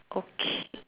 okay